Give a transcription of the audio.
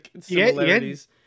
similarities